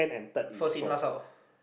first in last out